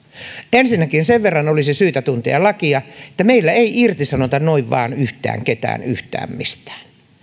ensinnäkin sen verran olisi syytä tuntea lakia että meillä ei irtisanota noin vain yhtään ketään yhtään mistään